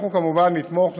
אנחנו כמובן נתמוך,